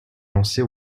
lancée